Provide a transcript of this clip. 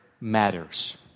matters